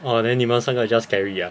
orh then 你们三个 just carry ah